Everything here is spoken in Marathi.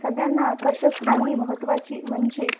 सगळ्यांना आकर्षक आणि महत्त्वाची म्हणजे